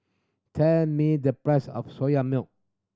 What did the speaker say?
tell me the price of Soya Milk